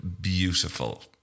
beautiful